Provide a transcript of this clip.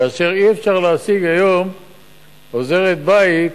אי-אפשר להשיג היום עוזרת-בית.